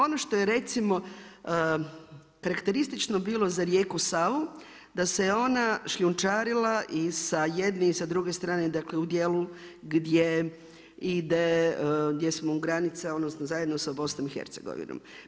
Ono što je recimo karakteristično bilo za rijeku Savu, da se ona šljunčarama i sa jedne i sa druge strane, dakle, u djelu gdje ide, gdje smo u granica, odnosno, zajedno s BIH.